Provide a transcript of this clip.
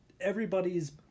everybody's